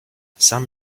some